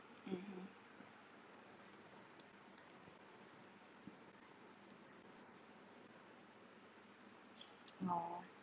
(uh huh) oh